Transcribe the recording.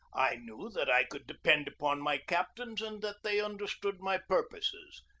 i knew that i could depend upon my captains and that they understood my pur poses.